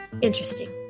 Interesting